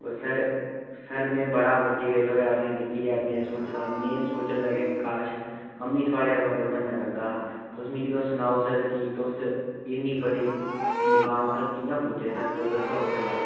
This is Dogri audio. ओ सर सर में बड़ा मोटिवेट होएआ त'सेंई दिक्खियै में सोच्चना में सोचन लगेआ कि काश आ'म्मीं थुआढ़े अल आंह्गर बनना चांह्दा हा तुस मिगी तुस सनाओ सर कि तुस इन्नी बड्डी मुकाम उप्पर कि'यां पुज्जे सर तुस दस्सो अपने बारै च